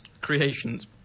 Creations